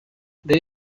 there